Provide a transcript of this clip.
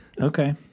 okay